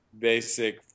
basic